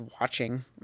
watching